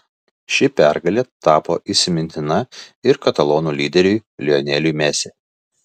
ši pergalė tapo įsimintina ir katalonų lyderiui lioneliui messi